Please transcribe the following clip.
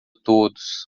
todos